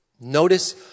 notice